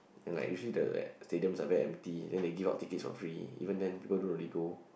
like usually the stadiums are very empty then they give out tickets for free even then people don't really go